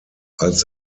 als